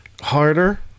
Harder